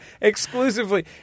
Exclusively